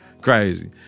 Crazy